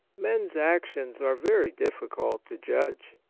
men's actions are very difficult to judge.